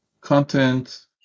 content